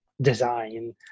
design